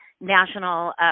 national